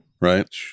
right